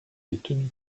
détenus